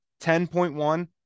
10.1